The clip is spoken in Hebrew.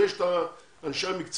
לשם כך יש את אנשי המקצוע.